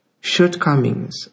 Shortcomings